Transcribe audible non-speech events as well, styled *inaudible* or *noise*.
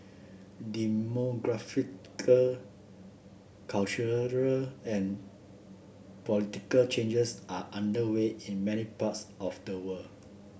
demographic cultural *unintelligible* and political changes are underway in many parts of the world